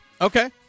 okay